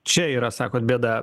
čia yra sakot bėda